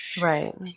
Right